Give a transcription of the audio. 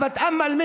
אני מקווה,